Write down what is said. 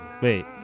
wait